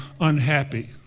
unhappy